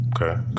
Okay